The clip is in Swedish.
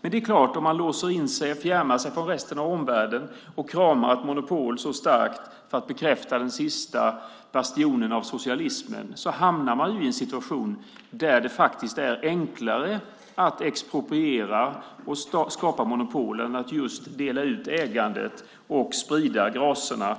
Men det är klart - om man låser in sig och fjärmar sig från resten av omvärlden och kramar ett monopol så starkt för att bekräfta den sista bastionen av socialismen hamnar man i en situation där det faktiskt är enklare att expropriera och skapa monopol än att dela ut ägandet och sprida gracerna